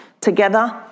together